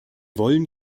wollen